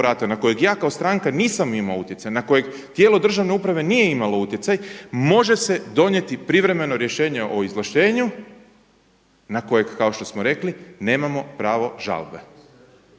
elaborata na kojeg ja kao stranka nisam imao utjecaj, na kojeg tijelo državne uprave nije imalo utjecaj može se donijeti privremeno rješenje o izvlaštenju na kojeg kao što smo rekli nemamo pravo žalbe.